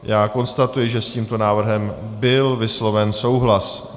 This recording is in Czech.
Já konstatuji, že s tímto návrhem byl vysloven souhlas.